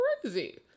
crazy